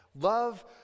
Love